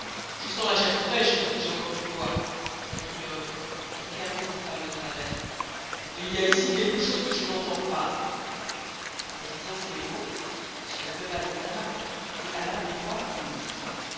je sens la chair frâiche te disje encore une fois reprit l'ogre en regardant sa femme de travers et il y a icy quelque chose que je n'entant pas en disant ces mots il se leva de table et alla droit au lit